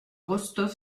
rostov